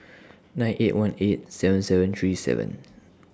nine eight one eight seven seven three seven